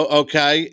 okay